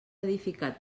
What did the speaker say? edificat